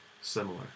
similar